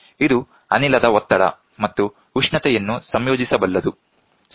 ಇದು ಅನಿಲದ ಒತ್ತಡ ಮತ್ತು ಉಷ್ಣತೆಯನ್ನು ಸಂಯೋಜಿಸಬಲ್ಲದು ಸರಿ